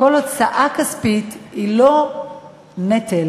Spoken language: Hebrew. כל הוצאה כספית היא לא נטל,